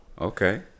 Okay